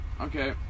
Okay